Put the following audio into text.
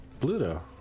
Bluto